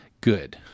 good